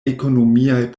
ekonomiaj